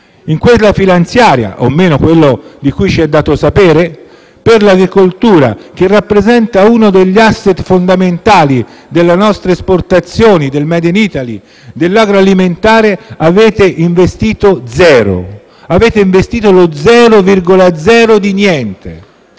In questa finanziaria - almeno stando a quello che ci è dato sapere - per l'agricoltura, che rappresenta uno degli *asset* fondamentali delle nostre esportazioni, del *made in Italy*, dell'agroalimentare, avete investito zero; avete investito lo zero virgola